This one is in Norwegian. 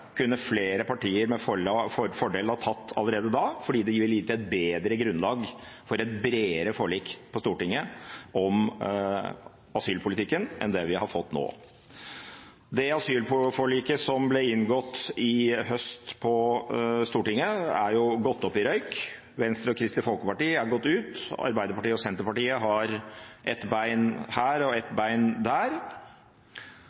kunne flere partier med fordel ha tatt allerede da, for det ville gitt et bedre grunnlag for et bredere forlik på Stortinget om asylpolitikken enn det vi har fått nå. Det asylforliket som ble inngått i høst på Stortinget, er jo gått opp i røyk. Venstre og Kristelig Folkeparti er gått ut. Arbeiderpartiet og Senterpartiet har ett bein her og